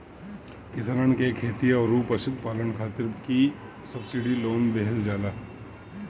किसानन के खेती अउरी पशुपालन खातिर भी सब्सिडी लोन देहल जाला